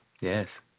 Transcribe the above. Yes